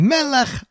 Melech